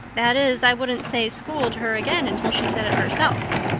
that is i wouldn't say school to her again until she said it herself.